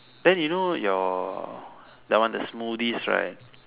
then you know your that one the smoothies right